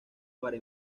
para